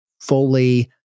fully